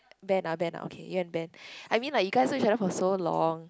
Ben ah Ben ah okay you and Ben I mean like you guys know each other for so long